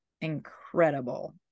incredible